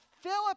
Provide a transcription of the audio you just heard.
Philip